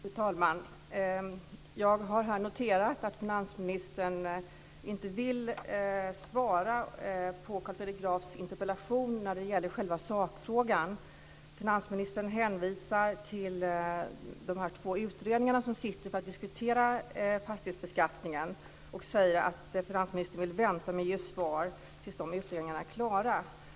Fru talman! Jag har här noterat att finansministern inte vill svara på Carl Fredrik Grafs interpellation när det gäller själva sakfrågan. Finansministern hänvisar till de två utredningarna som sitter för att diskutera fastighetsbeskattningen och säger att han vill vänta med att ge svar tills dessa utredningar är klara.